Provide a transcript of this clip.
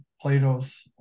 Plato's